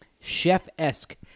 chef-esque